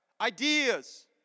Ideas